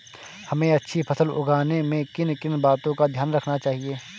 हमें अच्छी फसल उगाने में किन किन बातों का ध्यान रखना चाहिए?